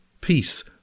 peace